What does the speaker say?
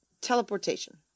teleportation